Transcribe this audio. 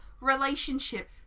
relationship